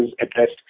addressed